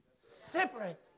Separate